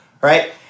right